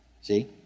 See